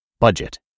Budget